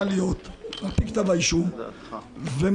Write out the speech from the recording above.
יכול להיות שחלק מהעובדות שציינת בכתב האישום הן אפילו נכונות.